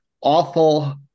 awful